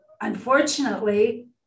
unfortunately